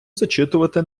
зачитувати